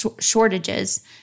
shortages